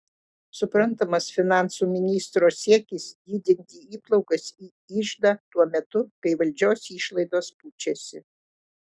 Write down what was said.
suprantamas finansų ministro siekis didinti įplaukas į iždą tuo metu kai valdžios išlaidos pučiasi